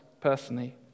personally